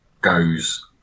goes